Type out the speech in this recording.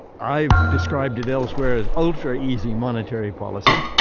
i've described it elsewhere as ultra easy monetary policy.